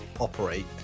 operate